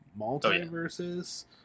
multiverses